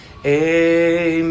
Amen